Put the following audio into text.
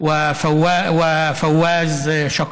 להלן תרגומם: